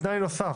זה תנאי נוסף.